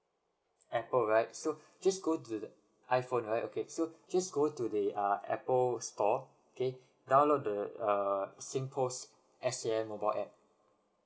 apple right so just go to the iphone right okay so just go to the uh apple store okay download the err singpost S_A_M mobile app